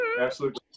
Absolute